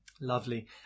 lovely